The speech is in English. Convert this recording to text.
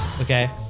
Okay